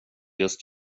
just